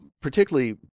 particularly